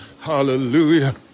Hallelujah